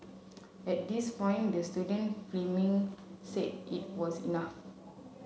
at this point the student filming said it was enough